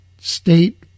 state